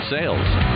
Sales